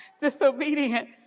Disobedient